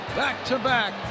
back-to-back